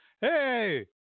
Hey